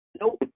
Nope